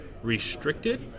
restricted